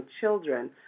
children